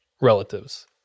relatives